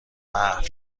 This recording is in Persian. محو